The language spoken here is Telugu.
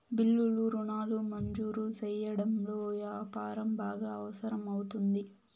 బిల్లులు రుణాలు మంజూరు సెయ్యడంలో యాపారం బాగా అవసరం అవుతుంది